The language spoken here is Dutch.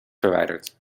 verwijderd